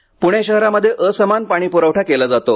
प्णे शहरामध्ये असमान पाणी प्रवठा केला जातो